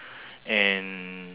and